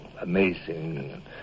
amazing